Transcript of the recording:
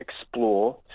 explore